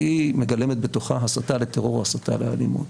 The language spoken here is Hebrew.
היא מגלמת בתוכה הסתה לטרור או הסתה לאלימות.